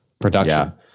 production